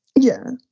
yeah,